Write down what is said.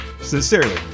Sincerely